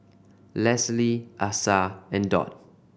Leslie Asa and Dot